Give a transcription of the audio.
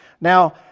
Now